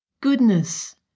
goodness